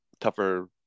tougher